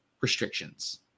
restrictions